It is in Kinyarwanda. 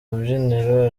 rubyiniro